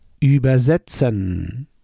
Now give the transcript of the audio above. übersetzen